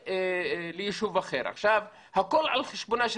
לישוב אחר והכול על חשבונה של